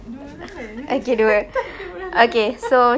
dua jenis saja lah